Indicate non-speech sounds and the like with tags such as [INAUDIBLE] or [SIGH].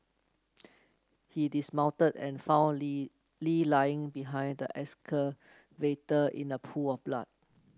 he dismounted and [UNINTELLIGIBLE] Lee Lee lying behind the excavator in a pool of blood